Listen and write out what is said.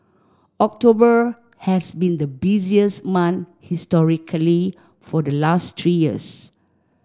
October has been the busiest month historically for the last three years